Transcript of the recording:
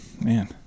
man